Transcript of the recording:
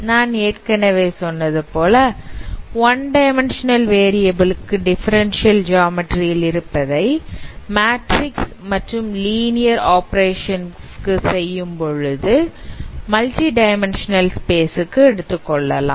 நான் ஏற்கனவே சொன்னது போல ஒன் டைமண்ட்சேனல் வேறுயபில் க்கு டிபரன்சியல் ஜாமட்டரி ல் இருப்பதை மேட்ரிக்ஸ் மற்றும் லீனியர் ஆப்பரேஷன் செய்யும்பொழுது மல்டி டைமண்ட்சேனல் ஸ்பேஸ் க்கு எடுத்துக்கொள்ளலாம்